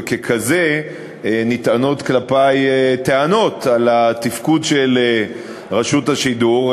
וככזה נטענות כלפי טענות על התפקוד של רשות השידור.